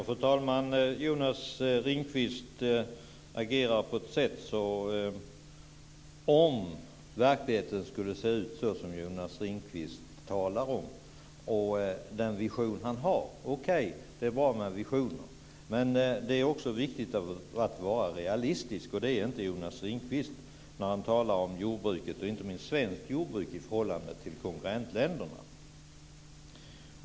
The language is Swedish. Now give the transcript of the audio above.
Fru talman! Jag skulle förstå Jonas Ringqvists agerande om verkligheten såg ut som Jonas Ringqvist säger och som den vision han har. Okej, det är bra med visioner, men det är också viktigt att vara realistisk. Det är inte Jonas Ringqvist när han talar om jordbruket, inte minst svenskt jordbruk i förhållande till konkurrentländerna.